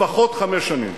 לפחות חמש שנים.